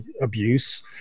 abuse